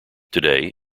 today